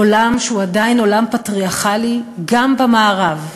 עולם שהוא עדיין עולם פטריארכלי גם במערב,